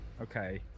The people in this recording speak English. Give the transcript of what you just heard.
Okay